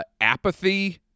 apathy